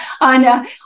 on